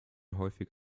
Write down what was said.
häufig